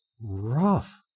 rough